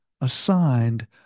assigned